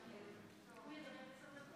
הצעות החוק,